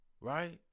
right